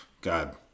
God